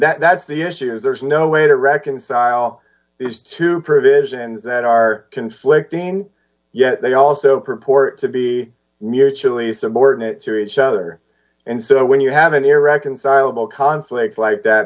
mean that's the issue is there's no way to reconcile these two provisions that are conflicting yet they also purport to be mutually subordinate to each other and so when you have an irreconcilable conflict like that